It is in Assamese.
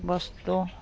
বস্তু